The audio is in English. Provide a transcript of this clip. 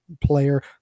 player